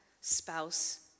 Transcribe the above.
spouse